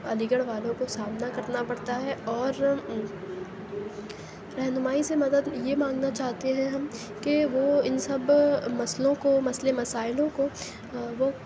علی گڑھ والوں کو سامنا کرنا پڑتا ہے اور رہنمائی سے مدد یہ مانگنا چاہتے ہیں ہم کہ وہ اِن سب مسئلوں کو مسئلے مسائلوں کو وہ